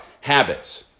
Habits